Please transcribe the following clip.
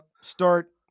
start